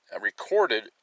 recorded